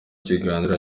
ikiganiro